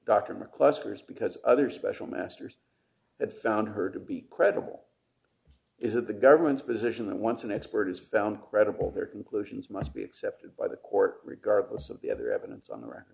is because other special masters that found her to be credible is of the government's position that once an expert is found credible their conclusions must be accepted by the court regardless of the other evidence on the r